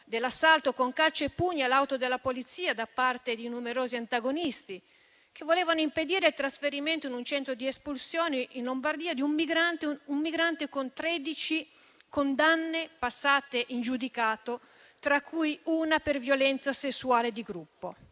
dell'assalto con calci e pugni all'auto della polizia da parte di numerosi antagonisti che volevano impedire il trasferimento in un centro di espulsione in Lombardia di un migrante con 13 condanne passate in giudicato, tra cui una per violenza sessuale di gruppo.